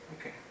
Okay